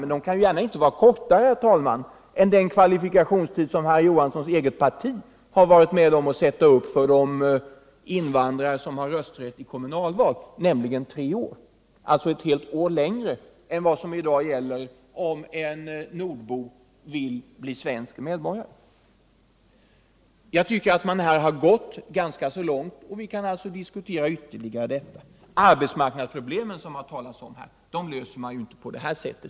Men den kan inte gärna vara kortare än den kvalifikationstid som Hilding Johanssons eget parti satt upp för invandrarnas rösträtt i kommunala val, nämligen tre år, alltså ett helt år längre kvalifikationstid än som i dag gäller om en nordbo vill bli svensk medborgare. Jag tycker att man här har kommit ganska långt, och vi kan diskutera detta ytterligare. Arbetsmarknadsproblemen, som det talats om här, löses inte på detta sätt.